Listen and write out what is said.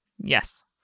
Yes